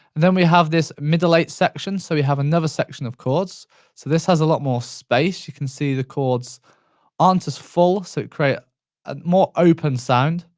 then we have this middle eight section, so we have another section of chords so this has a lot more space, you can see the chords aren't as full so we create a more open sound.